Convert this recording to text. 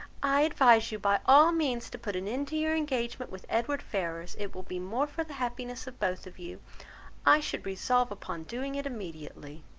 i advise you by all means to put an end to your engagement with edward ferrars, it will be more for the happiness of both of you i should resolve upon doing it immediately.